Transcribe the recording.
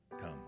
Come